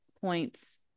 points